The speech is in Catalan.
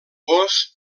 gos